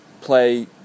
play